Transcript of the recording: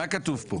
מה כתוב פה